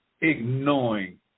ignoring